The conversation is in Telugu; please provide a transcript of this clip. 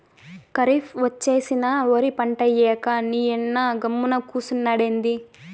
కరీఫ్ ఒచ్చేసినా ఒరి పంటేయ్యక నీయన్న గమ్మున కూసున్నాడెంది